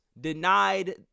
denied